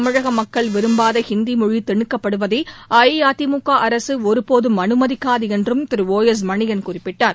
தமிழகமக்கள் விரும்பாதஹிந்திமொழிதிணிக்கப்படுவதைஅஇஅதிமுகஅரசுஒருபோதும் அனுமதிக்காதுஎன்றும் Thiru O S Maniyan குறிப்பிட்டார்